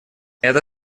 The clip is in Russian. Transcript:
это